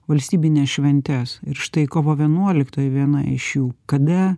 valstybines šventes ir štai kovo vienuoliktoji viena iš jų kada